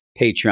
Patreon